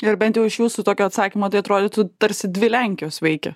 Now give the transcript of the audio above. ir bent jau iš jūsų tokio atsakymo tai atrodytų tarsi dvi lenkijos veikia